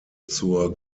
zur